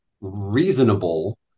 reasonable